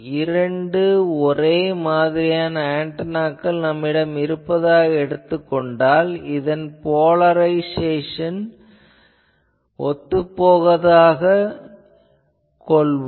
இரண்டு ஒரே மாதிரியான ஆன்டெனாக்கள் நம்மிடம் இருப்பதாகக் கொண்டால் இதன் போலரைசெஷன் ஒத்துப் போவதாகக் எடுத்துக் கொள்வோம்